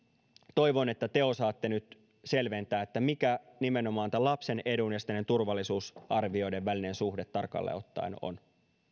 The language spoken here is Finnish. toivon että te osaatte nyt selventää mikä nimenomaan tämän lapsen edun ja sitten näiden turvallisuusarvioiden välinen suhde tarkalleen ottaen on